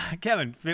Kevin